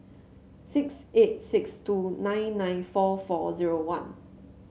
six eight six two nine nine four four zero one